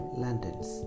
lanterns